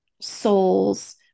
souls